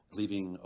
leaving